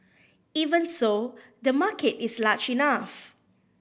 even so the market is large enough